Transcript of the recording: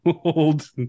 old